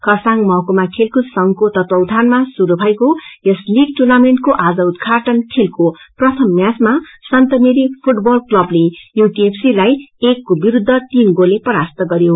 खरसाङ महकुमा खेलकूद संघको तत्वावधानमा शुरू भएको यस लीग टुर्नामेन्टको आज उद्घाटन खेलको प्रथम म्याचमा सन्तमेरी फूटबल क्लबले यूकेएफसी लाई एकको विरूद्ध तीन गोलले परास्त ग यो